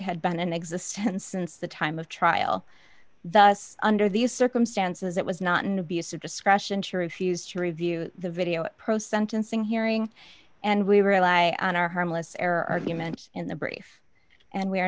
had been in existence since the time of trial thus under these circumstances it was not an abuse of discretion to refuse to review the video pro sentencing hearing and we rely on our harmless error argument in the brief and we are